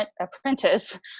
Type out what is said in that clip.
Apprentice